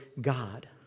God